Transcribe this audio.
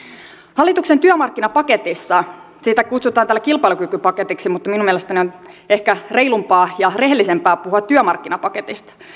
hallituksen työmarkkinapaketissa sitä kutsutaan täällä kilpailukykypaketiksi mutta minun mielestäni on ehkä reilumpaa ja rehellisempää puhua työmarkkinapaketista